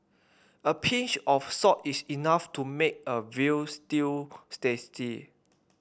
a pinch of salt is enough to make a veal stew's tasty